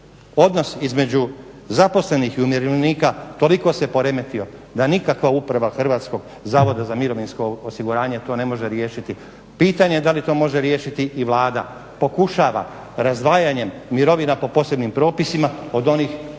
Odnos između zaposlenih i umirovljenika toliko se poremetio da nikakva uprava HZMO ne može riješiti. Pitanje da li to može riješiti i Vlada. Pokušava, razdvajanjem mirovina po posebnim propisima od onih koji